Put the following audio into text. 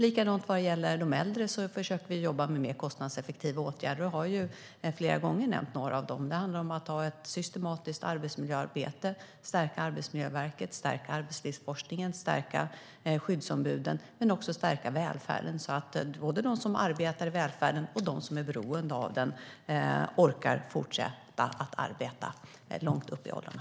Även när det gäller de äldre försöker vi jobba med mer kostnadseffektiva åtgärder. Jag har flera gånger nämnt några av dem. Det handlar om att ha ett systematiskt arbetsmiljöarbete, stärka Arbetsmiljöverket, stärka arbetslivsforskningen, stärka skyddsombuden och också stärka välfärden så att både de som arbetar i välfärden och de som är beroende av den orkar fortsätta arbeta långt upp i åldrarna.